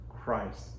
Christ